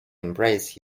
embrace